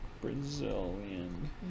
Brazilian